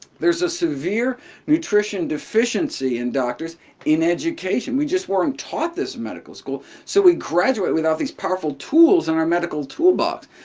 there's a severe nutrition deficiency in doctors in education. we just weren't taught this in medical school, so we graduate without these powerful tools in our medical toolbox.